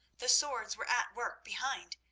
the swords were at work behind.